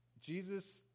Jesus